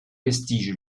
vestiges